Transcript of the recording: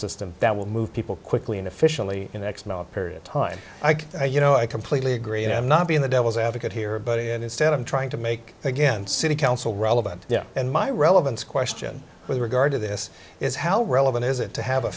system that will move people quickly and efficiently in x not period of time you know i completely agree and i'm not being the devil's advocate here but it instead of trying to make again city council relevant yeah and my relevant question with regard to this is how relevant is it to have a